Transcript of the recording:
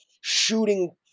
shooting